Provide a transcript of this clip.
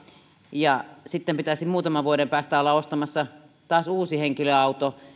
ja sitä että pitäisi muutaman vuoden päästä olla ostamassa taas uusi henkilöauto